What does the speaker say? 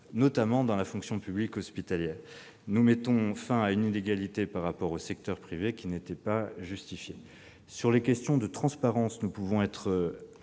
notamment dans la fonction publique hospitalière. Nous mettons fin à une inégalité entre secteur public et secteur privé, qui n'était pas justifiée. En ce qui concerne les questions de transparence, nous pouvons être